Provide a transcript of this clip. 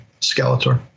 Skeletor